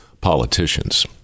politicians